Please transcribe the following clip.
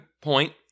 point